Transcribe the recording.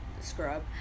scrub